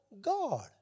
God